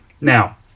Now